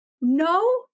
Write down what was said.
No